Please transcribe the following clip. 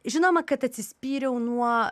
žinoma kad atsispyriau nuo